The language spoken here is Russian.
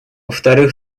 вторых